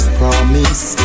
promise